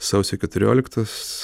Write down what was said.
sausio keturioliktos